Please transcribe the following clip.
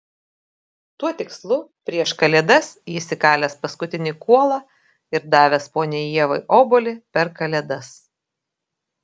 tuo tikslu prieš kalėdas jis įkalęs paskutinį kuolą ir davęs poniai ievai obuolį per kalėdas